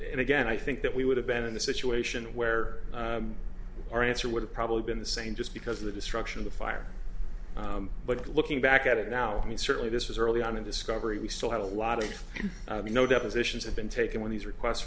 again i think that we would have been in a situation where our answer would have probably been the same just because of the destruction of the fire but looking back at it now and certainly this was early on in discovery we still had a lot of you know depositions have been taken with these requests